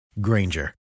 Granger